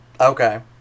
Okay